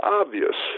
obvious